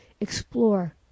explore